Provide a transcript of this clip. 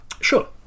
Sure